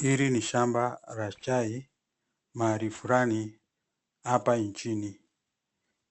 Hili ni shamba la chai mahali fulani hapa nchini.